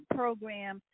program